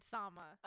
Sama